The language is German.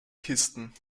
kisten